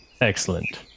Excellent